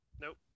Nope